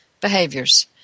behaviors